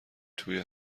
توی